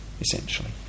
essentially